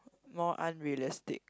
more unrealistic